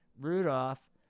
Rudolph